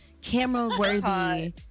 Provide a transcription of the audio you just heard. camera-worthy